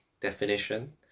definition